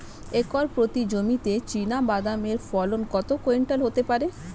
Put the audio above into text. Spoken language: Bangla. একর প্রতি জমিতে চীনাবাদাম এর ফলন কত কুইন্টাল হতে পারে?